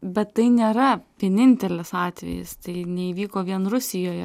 bet tai nėra vienintelis atvejis tai neįvyko vien rusijoje